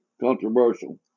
controversial